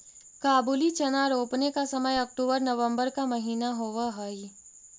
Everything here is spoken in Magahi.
काबुली चना रोपने का समय अक्टूबर नवंबर का महीना होवअ हई